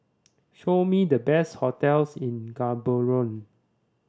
show me the best hotels in Gaborone